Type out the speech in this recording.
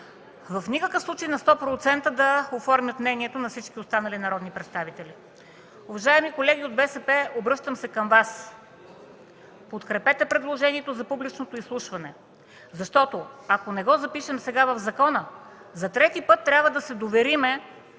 в никакъв случай на 100 процента да оформят мнението на всички останали народни представители. Уважаеми колеги от БСП, обръщам се към Вас: подкрепете предложението за публичното изслушване. Ако не го запишем сега в закона, за трети път трябва да се доверим